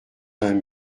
vingt